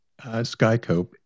SkyCope